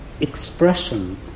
expression